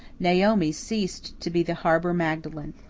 naomi ceased to be the harbour magdalen.